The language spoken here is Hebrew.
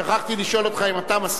שכחתי לשאול אותך אם אתה מסכים,